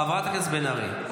חברת הכנסת בן ארי,